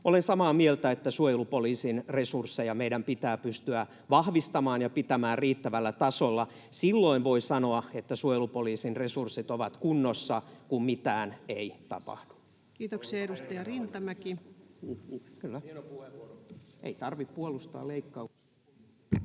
Olen samaa mieltä, että suojelupoliisin resursseja meidän pitää pystyä vahvistamaan ja pitämään riittävällä tasolla. Silloin voi sanoa, että suojelupoliisin resurssit ovat kunnossa, kun mitään ei tapahdu. Kiitoksia. — Edustaja Rintamäki.